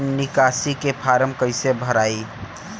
निकासी के फार्म कईसे भराई?